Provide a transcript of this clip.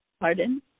Pardon